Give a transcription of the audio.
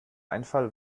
einfall